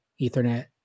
Ethernet